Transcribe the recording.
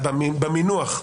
במינוח.